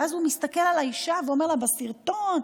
ואז הוא מסתכל על האישה ואומר לה, בסרטון: